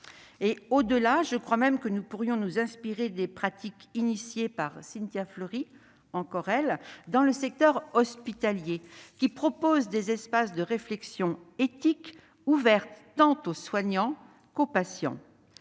Au-delà, je crois même que nous pourrions nous inspirer des pratiques dont Cynthia Fleury- encore elle -suggère l'application dans le secteur hospitalier. Elle propose des espaces de réflexion éthique, ouverts tant aux soignants qu'aux patients.